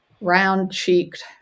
round-cheeked